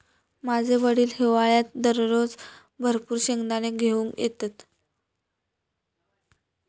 माझे वडील हिवाळ्यात दररोज भरपूर शेंगदाने घेऊन येतत